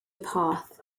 path